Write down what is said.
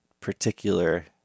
particular